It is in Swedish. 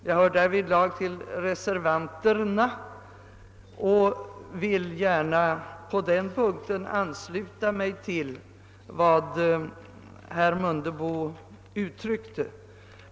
Jag hör till reservanterna, och jag ansluter mig där till vad herr Mundebo anförde.